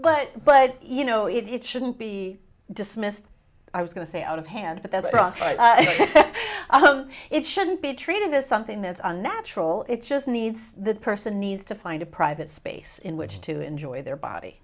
but but you know it shouldn't be dismissed i was going to say out of hand but that's wrong it shouldn't be treated as something that's unnatural it just needs that person needs to find a private space in which to enjoy their body